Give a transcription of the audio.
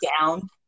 down